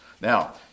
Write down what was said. Now